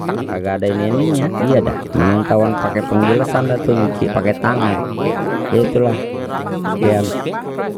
Kagak ada ini ininya iyadah, mendingan ketauan pake pengilesan dah tu nyuci pake tangan gitulah sekian